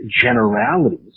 generalities